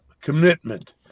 Commitment